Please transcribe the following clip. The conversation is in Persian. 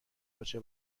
پاچه